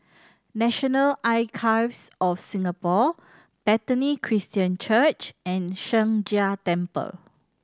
National Archives of Singapore Bethany Christian Church and Sheng Jia Temple